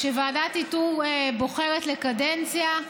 כשוועדת איתור בוחרת לקדנציה,